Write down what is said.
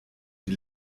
die